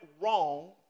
wrong